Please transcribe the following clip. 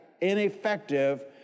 ineffective